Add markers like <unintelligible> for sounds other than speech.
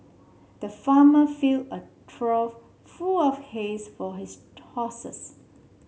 the farmer filled a trough of full of hays for his <unintelligible>